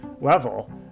level